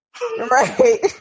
Right